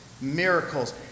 miracles